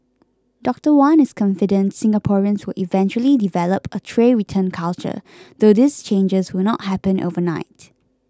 Doctor Wan is confident Singaporeans will eventually develop a tray return culture though these changes will not happen overnight